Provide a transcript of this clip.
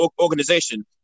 organization